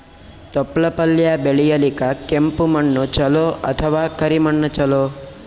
ತೊಪ್ಲಪಲ್ಯ ಬೆಳೆಯಲಿಕ ಕೆಂಪು ಮಣ್ಣು ಚಲೋ ಅಥವ ಕರಿ ಮಣ್ಣು ಚಲೋ?